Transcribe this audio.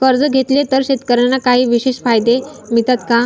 कर्ज घेतले तर शेतकऱ्यांना काही विशेष फायदे मिळतात का?